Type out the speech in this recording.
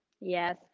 Yes